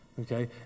okay